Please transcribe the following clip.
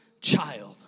child